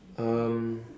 um